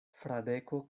fradeko